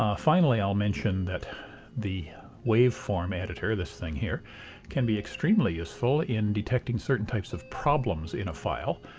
ah finally i'll mentioned that the waveform editor this thing here can be extremely useful in detecting certain types of problems in a file.